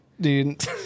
dude